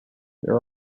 there